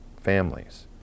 Families